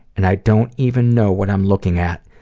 and i don't even know what i'm looking at.